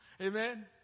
Amen